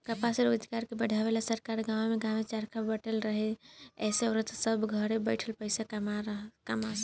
कपास रोजगार के बढ़ावे ला सरकार गांवे गांवे चरखा बटले रहे एसे औरत सभ घरे बैठले पईसा कमा सन